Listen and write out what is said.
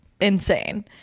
insane